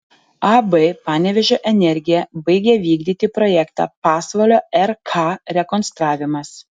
ab panevėžio energija baigia vykdyti projektą pasvalio rk rekonstravimas